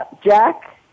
Jack